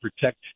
protect